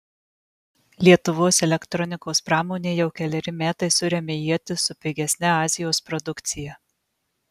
lietuvos elektronikos pramonė jau keleri metai suremia ietis su pigesne azijos produkcija